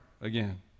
again